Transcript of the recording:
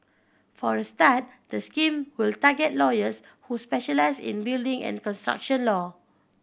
for a start the scheme will target lawyers who specialise in building and construction law